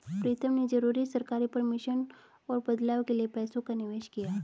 प्रीतम ने जरूरी सरकारी परमिशन और बदलाव के लिए पैसों का निवेश किया